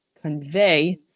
convey